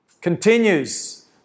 continues